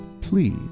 please